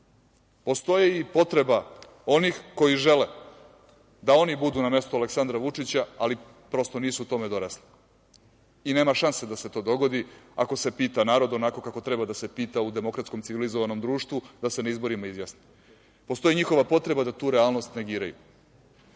Postoji i potreba onih koji žele da oni budu na mestu Aleksandra Vučića, ali prosto nisu tome dorasli, i nema šanse da se to dogodi, ako se pita narod, onako kako treba da se pita u demokratskom, civilizovanom društvu, da se na izborima izjasni. Postoji njihova potreba da tu realnost negiraju